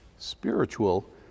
spiritual